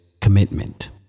commitment